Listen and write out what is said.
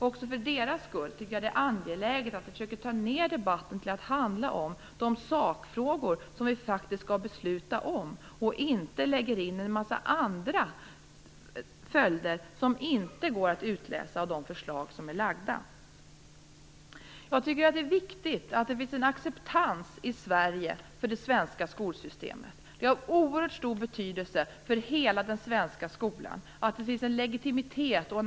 Också för deras skull tycker jag att det är angeläget att vi tar ned debatten till att handla om de sakfrågor som vi skall besluta om och inte lägger in en massa andra följder som inte går att utläsa av de förslag som lagts fram. Det är viktigt att det finns en acceptans i Sverige för det svenska skolsystemet. Det har oerhört stor betydelse för hela den svenska skolan att det finns en legitimitet.